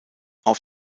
auf